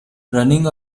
running